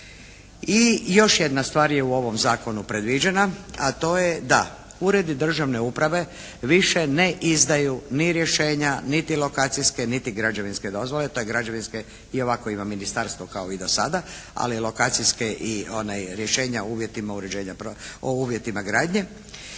I još jedna stvar je u ovom zakonu predviđena, a to je da uredi državne uprave više ne izdaju ni rješenja, niti lokacijske, niti građevinske dozvole. To građevinske iovako ima ministarstvo kao i do sada. Ali lokacijske i rješenja u uvjetima uređenja,